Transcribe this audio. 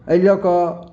एहि लऽ कऽ